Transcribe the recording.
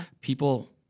people